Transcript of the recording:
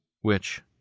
which